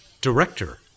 director